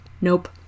Nope